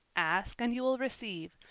ask, and you will receive,